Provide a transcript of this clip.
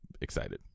excited